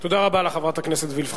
תודה רבה לחברת הכנסת וילף.